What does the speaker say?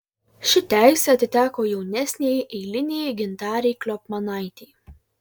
ši teisė atiteko jaunesniajai eilinei gintarei kliopmanaitei